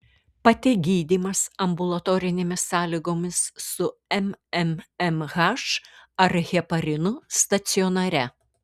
pate gydymas ambulatorinėmis sąlygomis su mmmh ar heparinu stacionare